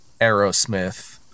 Aerosmith